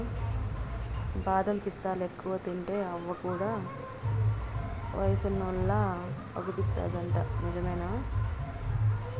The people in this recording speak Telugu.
బాదం పిస్తాలెక్కువ తింటే అవ్వ కూడా వయసున్నోల్లలా అగుపిస్తాదంట నిజమేనా